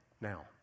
Now